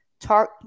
talk